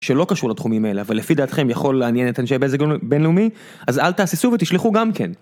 שלא קשור לתחומים אלה, ולפי דעתכם יכול לעניין את אנשי בזק בינלאומי, אז אל תהססו ותשלחו גם כן.